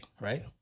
right